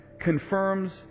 confirms